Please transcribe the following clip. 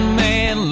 man